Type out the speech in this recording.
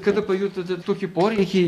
kada pajutote tokį poreikį